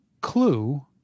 clue